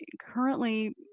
currently